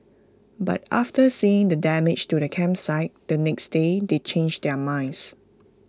but after seeing the damage to the campsite the next day they changed their minds